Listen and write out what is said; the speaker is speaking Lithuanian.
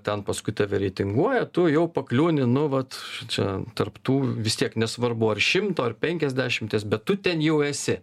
ten paskui tave reitinguoja tu jau pakliūni nu vat čia tarp tų vis tiek nesvarbu ar šimto ar penkiasdešimties bet tu ten jau esi